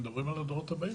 אם מדברים על הדורות הבאים,